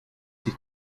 sich